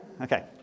Okay